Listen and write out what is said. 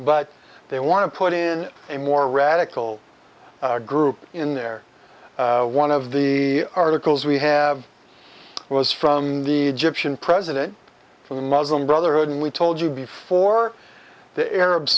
but they want to put in a more radical group in there one of the articles we have was from the gyptian president from the muslim brotherhood and we told you before the arab